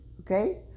okay